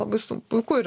labai sun puiku ir